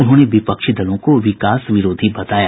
उन्होंने विपक्षी दलों को विकास विरोधी बताया